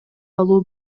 алуу